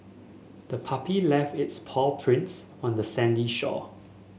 the puppy left its paw prints on the sandy shore